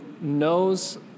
knows